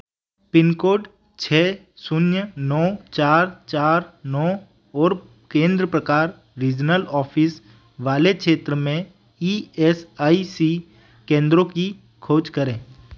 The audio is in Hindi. पिन कोड छः शून्य नौ चार चार नौ और केंद्र प्रकार रीजनल ऑफ़िस वाले क्षेत्र में ई एस आई सी केंद्रों की खोज करें